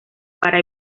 para